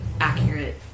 accurate